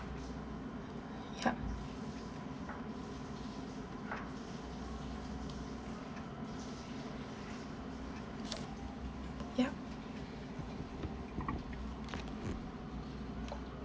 yup yup